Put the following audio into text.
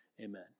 Amen